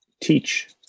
teach